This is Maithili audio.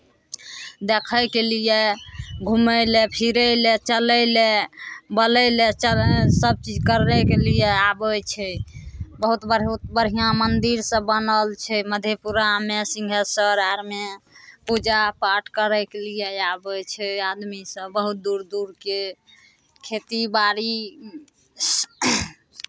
देखयके लिए घुमय लेल फिरय लेल चलय लेल बोलय लेल चलय सभ चीज करयके लिए आबै छै बहुत बढ़ो बढ़िआँ मन्दिरसभ बनल छै मधेपुरामे सिंहेश्वर आरमे पूजा पाठ करयके लिए आबै छै आदमीसभ बहुत दूर दूरके खेतीबाड़ी